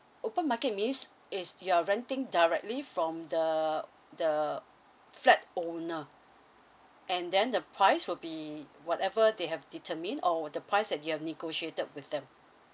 open market means is you're renting directly from the the flat owner and then the price will be whatever they have determined or the price that you have negotiated with them